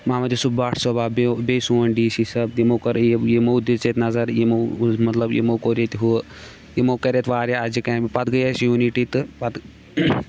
محمد یوٗسف بٹ صٲب آو بیٚیہِ بیٚیہِ سون ڈی سی صٲب تِمو کٔر یہِ یہِ یِمو دِژ ییٚتہِ نظر یِمو گُز مطلب یِمو کوٚر ییٚتہِ مطلب ہُہ یِمو کَرِ ییٚتہِ واریاہ اسجہِ کامہِ پَتہٕ گٔیے اَسہِ یوٗنِٹی تہٕ پَتہٕ